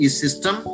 system